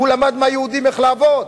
הוא למד מהיהודים איך לעבוד,